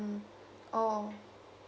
oh